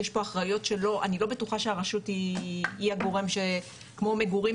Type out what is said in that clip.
יש כאן אחריות שאני לא בטוחה שהרשות היא הגורם כמו מגורים